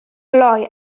glou